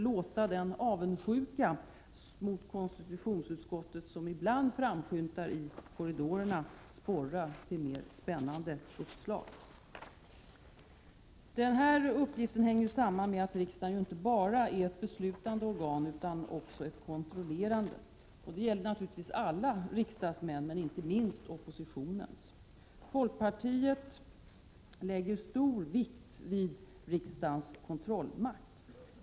Låt den avundsjuka mot konstitutionsutskottet som ibland framskymtar i korridorerna sporra till spännande uppslag. Denna uppgift hänger samman med att riksdagen ju inte bara är ett beslutande organ utan också ett kontrollerande organ. Det gäller naturligtvis alla riksdagsmän men inte minst oppositionens. Folkpartiet lägger stor vikt vid riksdagens kontrollmakt.